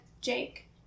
Jake